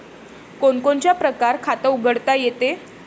कोनच्या कोनच्या परकारं खात उघडता येते?